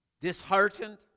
Disheartened